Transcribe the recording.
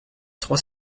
trois